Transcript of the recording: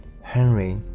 Henry